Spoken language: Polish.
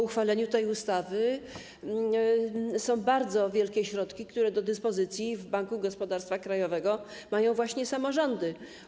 Uchwaleniu tej ustawy sprawiło, że bardzo wielkie środki, które są do dyspozycji w Banku Gospodarstwa Krajowego, otrzymują właśnie samorządy.